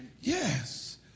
Yes